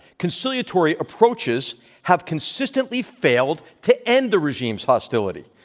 conciliatory approaches have consistently failed to end the regime's hostility.